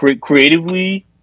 Creatively